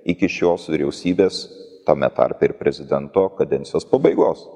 iki šios vyriausybės tame tarpe ir prezidento kadencijos pabaigos